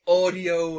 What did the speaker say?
audio